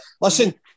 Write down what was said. listen